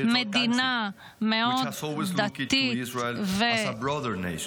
לא תהיה להם נשמה אמיתית.